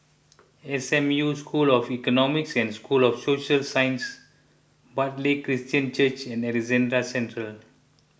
S M U School of Economics and School of Social Sciences Bartley Christian Church and Alexandra Central